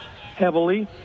heavily